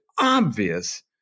obvious